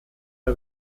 der